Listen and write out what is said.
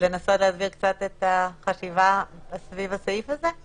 לנסות להסביר את החשיבה סביב הסעיף הזה?